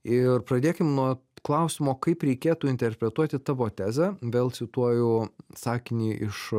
ir pradėkim nuo klausimo kaip reikėtų interpretuoti tavo tezę vėl cituoju sakinį iš